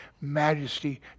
majesty